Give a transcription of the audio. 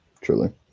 truly